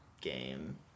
game